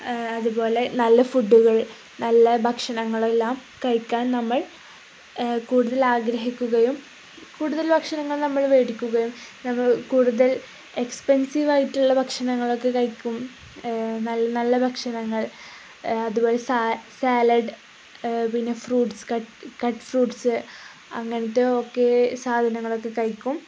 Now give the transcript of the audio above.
അതുപോലെ നല്ല ഫുഡുകൾ നല്ല ഭക്ഷണങ്ങളെല്ലാം കഴിക്കാൻ നമ്മൾ കൂടുതലാഗ്രഹിക്കുകയും കൂടുതൽ ഭക്ഷണങ്ങൾ നമ്മൾ വേടിക്കുകയും നമ്മൾ കൂടുതൽ എക്സ്പെൻസീവായിട്ടുള്ള ഭക്ഷണങ്ങളൊക്കെ കഴിക്കും നല്ല നല്ല ഭക്ഷണങ്ങൾ അതുപോലെ സാലഡ് പിന്നെ ഫ്രൂട്ട്സ് കട്ട് ഫ്രൂട്ട്സ് അങ്ങനത്തെ ഒക്കെ സാധനങ്ങളൊക്കെ കഴിക്കും